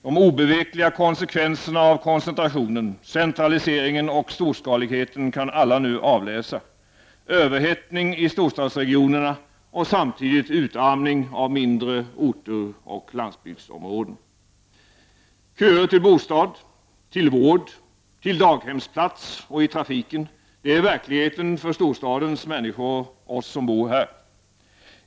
De obevekliga konsekvenserna av koncentrationen, centraliseringen och storskaligheten kan alla nu avläsa: överhettning i storstadsregionerna och samtidigt utarmning av mindre orter och landsbygdsområden. Köer till bostad, till vård, till daghemsplats och i trafiken — det är verkligheten för storstadens människor, för oss som bor här.